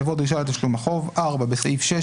יבוא "דרישה לתשלום החוב"; (4)בסעיף 6,